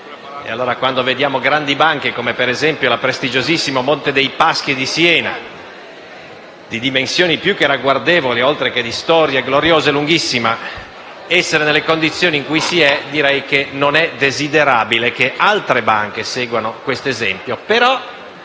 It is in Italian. Allora quando vediamo grandi banche come, ad esempio, il prestigiosissimo Monte dei Paschi di Siena, di dimensioni più che ragguardevoli, oltre che di storia lunghissima, essere nelle condizioni in cui è, direi che non è desiderabile che altre banche seguano questo esempio.